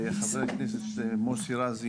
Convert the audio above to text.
וחה"כ מוסי רז.